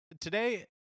today